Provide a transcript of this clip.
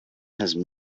had